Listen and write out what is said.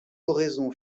oraison